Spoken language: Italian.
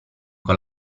con